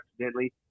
accidentally